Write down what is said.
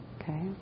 okay